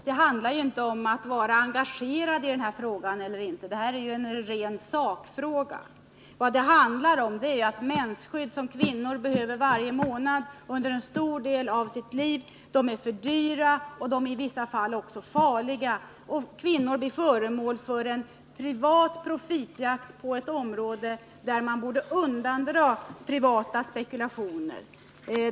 Herr talman! Det handlar ju inte om att vara engagerad i denna fråga eller inte — det här är en ren sakfråga. Vad det handlar om är att mensskydd som kvinnor behöver varje månad under en stor del av sitt liv är för dyra, och de är i vissa fall också farliga. Kvinnor blir föremål för en privat profitjakt på ett område som borde undandras privata spekulationer.